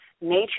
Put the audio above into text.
nature